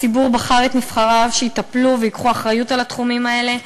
הציבור בחר את נבחריו שטפלו וייקחו אחריות על התחומים האלה,